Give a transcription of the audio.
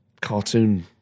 cartoon